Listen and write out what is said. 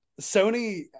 sony